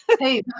Hey